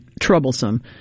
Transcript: troublesome